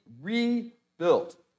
rebuilt